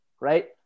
right